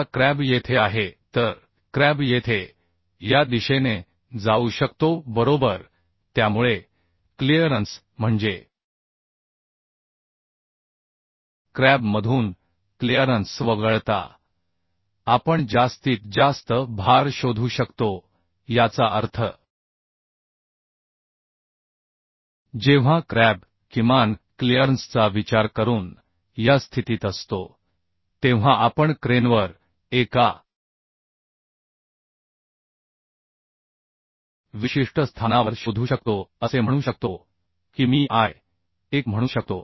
आता क्रॅब येथे आहे तर क्रॅब येथे या दिशेने जाऊ शकतो बरोबर त्यामुळे क्लिअरन्स म्हणजे क्रॅब मधून क्लिअरन्स वगळता आपण जास्तीत जास्त भार शोधू शकतो याचा अर्थ जेव्हा क्रॅब किमान क्लिअरन्सचा विचार करून या स्थितीत असतो तेव्हा आपण क्रेनवर एका विशिष्ट स्थानावर शोधू शकतो असे म्हणू शकतो की मी l 1 म्हणू शकतो